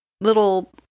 Little